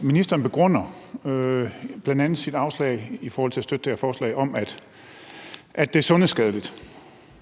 Ministeren begrunder bl.a. sit afslag i forhold til at støtte det her forslag med, at det er sundhedsskadeligt.